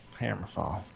Hammerfall